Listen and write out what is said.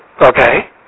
Okay